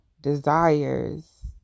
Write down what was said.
desires